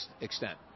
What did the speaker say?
extent